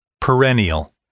Perennial